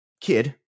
kid